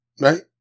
right